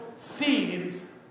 Seeds